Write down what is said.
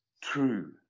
true